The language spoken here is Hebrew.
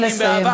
תתכונן לסיים,